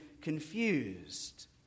confused